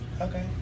Okay